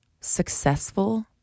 successful